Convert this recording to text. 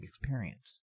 experience